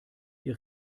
ihr